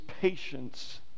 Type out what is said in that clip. patience